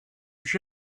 was